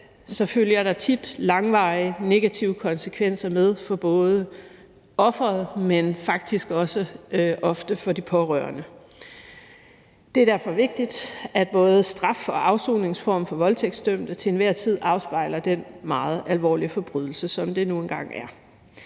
følger der tit langvarige negative konsekvenser med for både offeret, men faktisk også ofte for de pårørende. Det er derfor vigtigt, at både straf og afsoningsform for voldtægtsdømte til enhver tid afspejler den meget alvorlige forbrydelse, som det nu engang er.